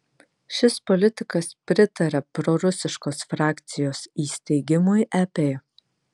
šis politikas pritaria prorusiškos frakcijos įsteigimui ep